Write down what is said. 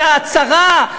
זה ההצהרה,